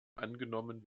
angenommen